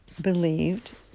believed